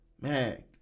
man